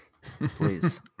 Please